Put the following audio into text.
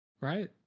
right